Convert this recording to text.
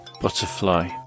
butterfly